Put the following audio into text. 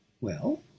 Well